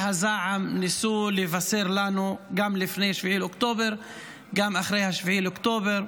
הזעם ניסו לבשר לנו גם לפני 7 באוקטובר וגם אחרי 7 באוקטובר.